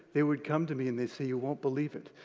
they would come to me and they'd say, you won't believe it,